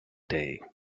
day